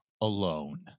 Alone